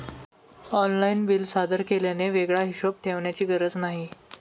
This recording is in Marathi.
ऑनलाइन बिल सादर केल्याने वेगळा हिशोब ठेवण्याची गरज नाही